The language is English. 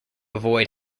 avoid